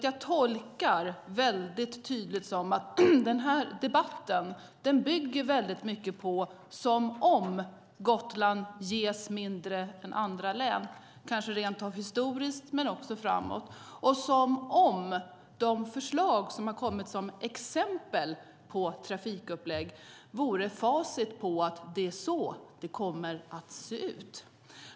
Jag tolkar det väldigt tydligt så att debatten mycket bygger på "som om" Gotland ges mindre än andra län, kanske rent av historiskt men också framåt, och "som om" de förslag som har kommit som exempel på trafikupplägg vore facit på att det är så det kommer att se ut.